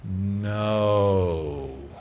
No